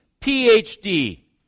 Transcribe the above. PhD